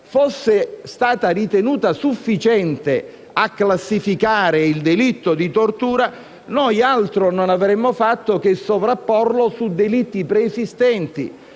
fosse stata ritenuta sufficiente a classificare il delitto di tortura, altro non avremmo fatto che sovrapporlo a delitti preesistenti: